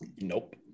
Nope